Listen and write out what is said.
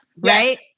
right